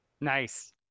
nice